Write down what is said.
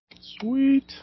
Sweet